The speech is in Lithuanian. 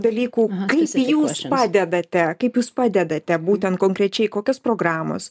dalykų kaip jūs padedate kaip jūs padedate būtent konkrečiai kokios programos